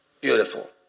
Beautiful